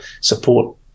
support